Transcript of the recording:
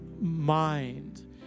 mind